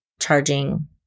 charging